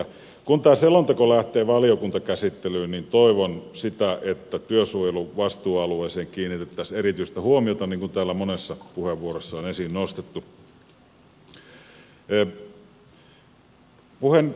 kun tämä selonteko lähtee valiokuntakäsittelyyn niin toivon sitä että työsuojelun vastuualueeseen kiinnitettäisiin erityistä huomiota niin kuin täällä monessa puheenvuorossa on esiin nostettu